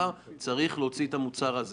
צריך להוציא את המוצר הזה.